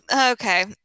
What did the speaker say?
Okay